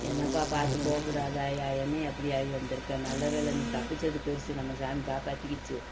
என்னப்பா பார்த்து போகக்கூடாதாய்யா என்னய்யா இப்படி ஆகி வந்திருக்க நல்ல வேளை நீ தப்பித்தது பெருசு நம்ம சாமி காப்பாற்றிக்கிச்சு